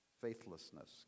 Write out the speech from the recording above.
Faithlessness